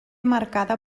marcada